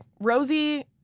Rosie